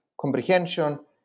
Comprehension